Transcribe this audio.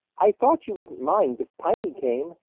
i thought you wouldn't mind if piney came,